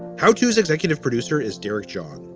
how tos executive producer is derek john?